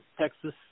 Texas